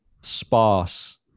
sparse